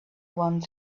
want